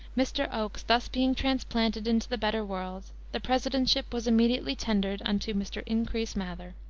mr. oakes thus being transplanted into the better world, the presidentship was immediately tendered unto mr. increase mather.